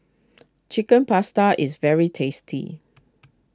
Chicken Pasta is very tasty